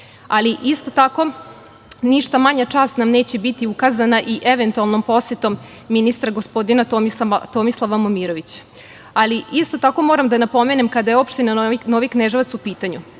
Isto tako, ništa manja čast nam neće biti ukazana i eventualnom posetom ministra gospodina Tomislava Momirovića. Isto tako moram da napomenem kada je Opština Novi Kneževac u pitanju.